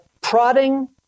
prodding